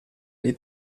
dei